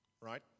right